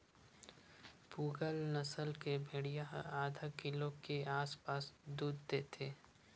पूगल नसल के भेड़िया ह आधा किलो के आसपास दूद देथे